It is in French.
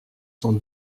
sont